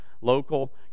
local